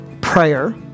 prayer